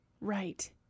Right